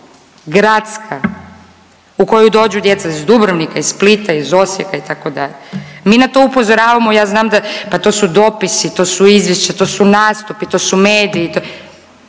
gradska u koju dođu djeca iz Dubrovnika, iz Splita, iz Osijek itd. Mi na to upozoravamo ja znam da, pa to su dopisi, to su izvješća, to su nastupi, to su mediji,